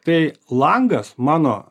tai langas mano